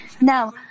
Now